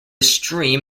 stream